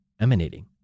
emanating